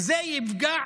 וזה יפגע